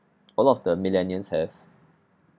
a lot of the millennials have